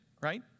right